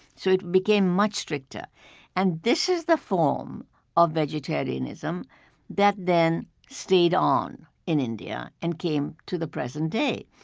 so it became much stricter and this is the form of vegetarianism that then stayed on in india and came to the present day.